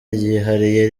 ryihariye